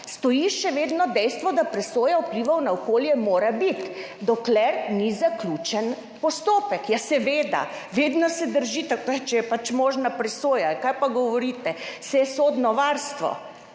Stoji še vedno dejstvo, da presoja vplivov na okolje mora biti, dokler ni zaključen postopek. Ja seveda, še vedno drži tako, če je pač možna presoja! Kaj pa govorite, se je sodno varstvo!